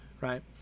right